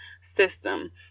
system